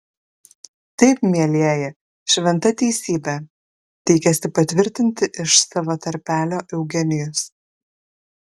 taip mielieji šventa teisybė teikėsi patvirtinti iš savo tarpelio eugenijus